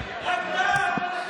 תרמתם?